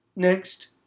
Next